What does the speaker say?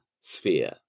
sphere